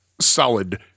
solid